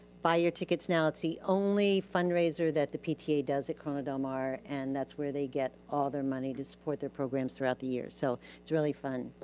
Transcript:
buy your tickets now. it's the only fundraiser that the pta does at corona del mar and that's where they get all their money to support their programs throughout the year. so it's really fun.